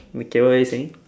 okay what were you saying